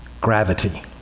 gravity